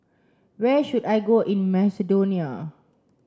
where should I go in Macedonia